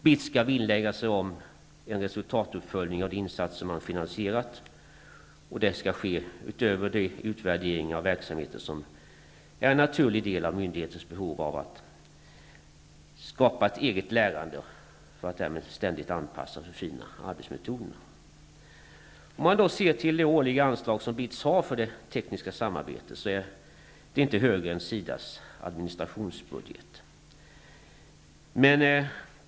BITS skall vinnlägga sig om en resultatuppföljning av de insatser som man har finansierat, och detta skall ske vid sidan av de utvärderingar av verksamheten som är en naturlig del av myndighetens behov av att skapa ett eget lärande för att därmed ständigt anpassa och förfina arbetsmetoderna. Om man ser på det årliga anslag som BITS har för det tekniska samarbetet, finner man att det inte är högre än SIDA:s administrationsbudget.